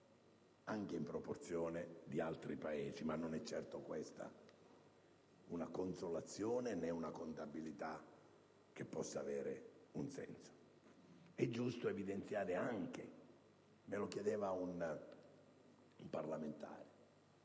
anche in proporzione, di altri Paesi. Ma non è certo questa una consolazione, né una contabilità che possa avere un senso. È giusto evidenziare anche - e me lo chiedeva un parlamentare